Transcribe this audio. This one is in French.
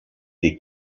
des